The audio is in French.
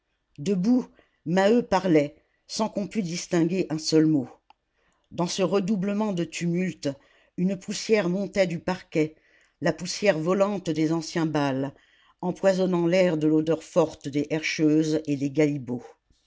debout maheu parlait sans qu'on pût distinguer un seul mot dans ce redoublement de tumulte une poussière montait du parquet la poussière volante des anciens bals empoisonnant l'air de l'odeur forte des herscheuses et des galibots